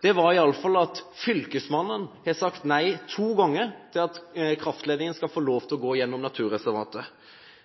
var iallfall at fylkesmannen to ganger har sagt nei til at kraftledningen skal få lov til å gå gjennom naturreservatet.